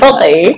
Okay